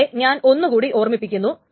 നിങ്ങളെ ഞാൻ ഒന്നുകൂടി ഓർമിപ്പിക്കുന്നു